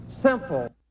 Simple